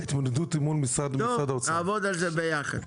טוב, נעבוד על זה ביחד.